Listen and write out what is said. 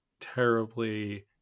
terribly